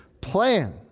plan